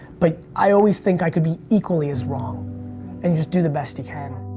but i always think i could be equally as wrong and you just do the best you can.